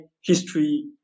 history